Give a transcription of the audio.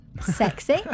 sexy